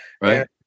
Right